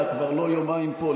אתה כבר לא יומיים פה,